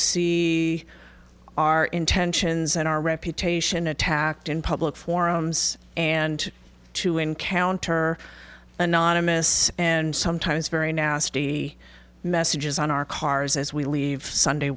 see our intentions and our reputation attacked in public forums and to encounter anonymous and sometimes very nasty messages on our cars as we leave sunday